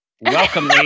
Welcome